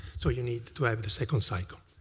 so you need to add the second cycle.